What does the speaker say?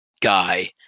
guy